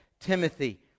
Timothy